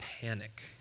panic